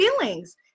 feelings